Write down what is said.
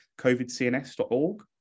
covidcns.org